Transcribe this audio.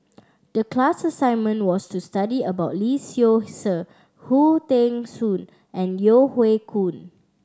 the class assignment was to study about Lee Seow Ser Khoo Teng Soon and Yeo Hoe Koon